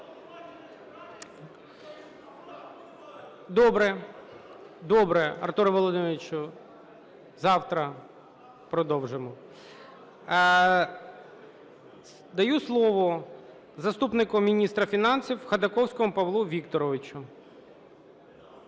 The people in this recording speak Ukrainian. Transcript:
Добре, Артуре Володимировичу, завтра продовжимо. Даю слово заступнику міністра фінансів Ходаковському Павлу Вікторовичу.